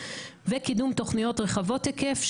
וקידום תוכניות רחבות היקף,